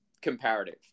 comparative